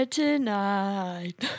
tonight